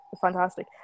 fantastic